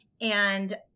And-